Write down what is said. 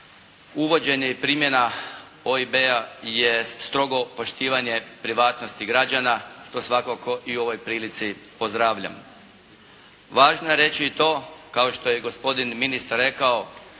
uvođenje i primjena OIB-a je strogo poštivanje privatnosti građana, što svakako i u ovoj prilici pozdravljam. Važno je reći i to, kao što je gospodin ministar rekao,